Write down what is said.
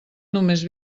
només